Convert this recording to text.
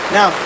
Now